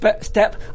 step